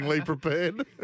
prepared